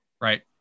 right